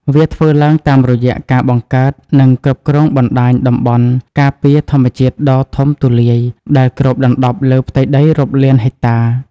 វាធ្វើឡើងតាមរយៈការបង្កើត និងគ្រប់គ្រងបណ្តាញតំបន់ការពារធម្មជាតិដ៏ធំទូលាយ ដែលគ្របដណ្តប់លើផ្ទៃដីរាប់លានហិកតា។